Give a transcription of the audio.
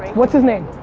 what's his name?